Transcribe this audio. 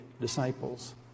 disciples